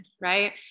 Right